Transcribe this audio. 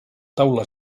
taula